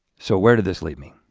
so where did this leave me?